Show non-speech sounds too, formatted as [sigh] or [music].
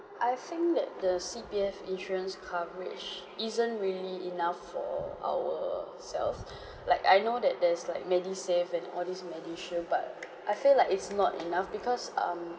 I think that the C_P_F insurance coverage isn't really enough for our self [breath] like I know that there's like medisave and all these medishield but I feel like it's not enough because um